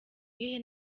iyihe